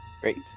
Great